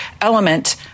element